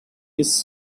his